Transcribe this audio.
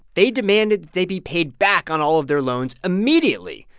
they demanded they be paid back on all of their loans immediately,